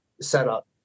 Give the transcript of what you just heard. setup